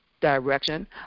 direction